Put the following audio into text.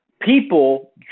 People